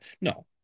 No